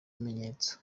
ibimenyetso